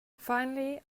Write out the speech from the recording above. finally